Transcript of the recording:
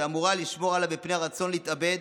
שאמורה לשמור עליו מפני הרצון להתאבד,